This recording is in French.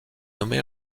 nommée